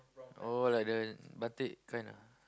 oh like the batik kind ah